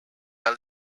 are